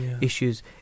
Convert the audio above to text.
issues